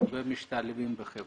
ומשתלבים בחברה.